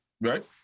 Right